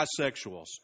bisexuals